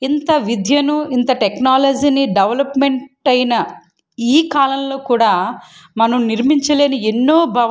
ఇంత విద్యను ఇంత టెక్నాలజీని డెవలప్మెంట్ అయిన ఈ కాలంలో కూడా మనం నిర్మించలేని ఎన్నో